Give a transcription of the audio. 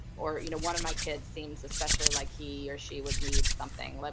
or you know one of my kids seems especially like he or she would need something, but